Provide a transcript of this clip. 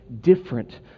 different